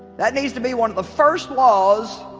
that needs to be one of the first laws